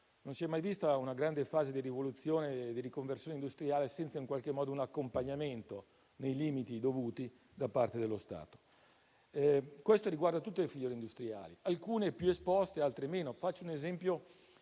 Non si è mai vista una grande fase di rivoluzione e riconversione industriale senza un accompagnamento, nei limiti dovuti, da parte dello Stato. Questo riguarda tutte le filiere industriali, alcune più esposte e altre meno.